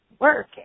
work